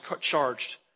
charged